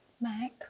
Mac